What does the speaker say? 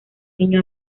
niño